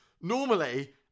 Normally